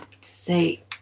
say